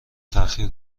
تاخیر